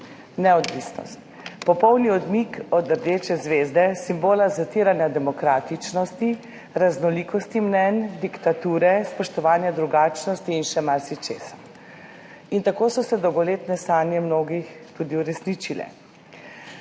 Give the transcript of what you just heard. neodvisnost, popolni odmik od rdeče zvezde, simbola zatiranja demokratičnosti, raznolikosti mnenj, diktature, spoštovanja drugačnosti in še marsičesa in tako so se tudi uresničile